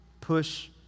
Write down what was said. Push